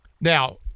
now